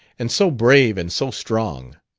and so brave, and so strong.